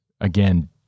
again